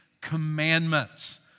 commandments